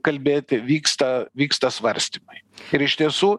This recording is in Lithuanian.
kalbėti vyksta vyksta svarstymai ir iš tiesų